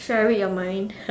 should I read your mind